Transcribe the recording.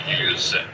use